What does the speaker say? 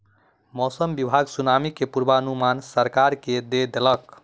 मौसम विभाग सुनामी के पूर्वानुमान सरकार के दय देलक